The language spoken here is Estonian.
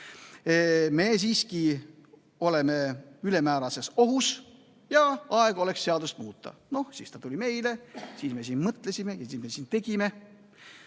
me siiski oleme ülemäärases ohus ja aeg oleks seadust muuta. Siis ta tuli meile, siis me siin mõtlesime ja siis me